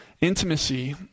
Intimacy